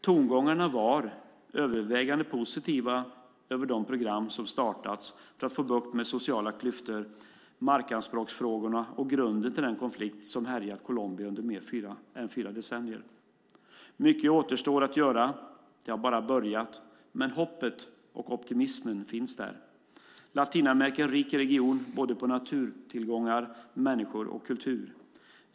Tongångarna var övervägande positiva om program som startats för att få bukt med de sociala klyftor, markanspråksfrågor och grunden till den konflikt som härjat Colombia under mer än fyra decennier. Mycket återstår att göra. Det har bara börjat. Men hoppet och optimismen finns där. Latinamerika är en rik region på både naturtillgångar, människor och kultur.